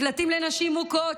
מקלטים לנשים מוכות.